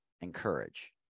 encourage